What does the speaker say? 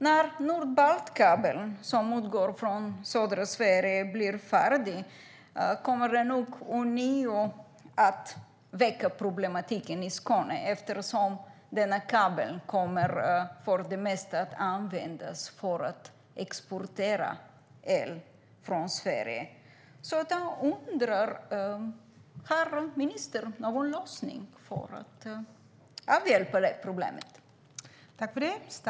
När Nordbaltkabeln, som utgår från södra Sverige, blir färdig kommer vi nog ånyo att få problem i Skåne, eftersom denna kabel mest kommer att användas för att exportera el från Sverige. Jag undrar: Har ministern någon lösning för att avhjälpa det problemet?